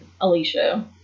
Alicia